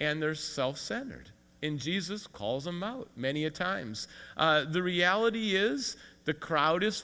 and they're self centered in jesus calls them out many a times the reality is the crowd is